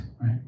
right